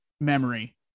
memory